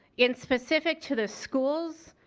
in specific to the schools,